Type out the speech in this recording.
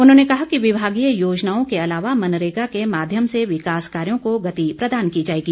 उन्होंने कहा कि विभागीय योजनाओं के अलावा मनरेगा के माध्यम से विकास कार्यो को गति प्रदान की जाएगी